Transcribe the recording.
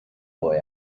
boy